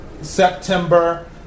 september